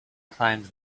climbed